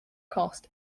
cost